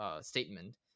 statement